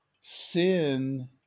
sin